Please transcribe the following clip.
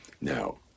Now